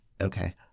Okay